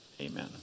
amen